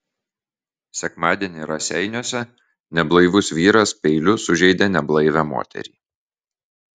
sekmadienį raseiniuose neblaivus vyras peiliu sužeidė neblaivią moterį